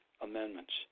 amendments